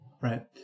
right